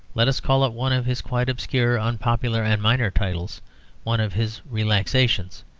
let us call it one of his quite obscure, unpopular, and minor titles one of his relaxations.